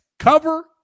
Cover